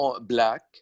black